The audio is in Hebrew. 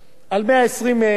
היא בערך 3 מיליון לשנה,